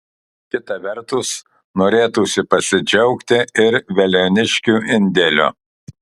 kita vertus norėtųsi pasidžiaugti ir veliuoniškių indėliu